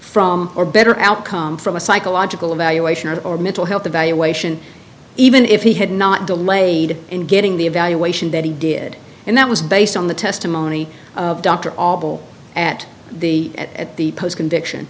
from or better outcome from a psychological evaluation or mental health evaluation even if he had not delayed in getting the evaluation that he did and that was based on the testimony of dr all at the at the post conviction